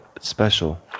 special